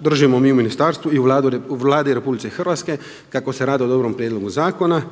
držimo mi u Ministarstvu i u Vladi RH kako se radi o dobrom prijedlogu zakona.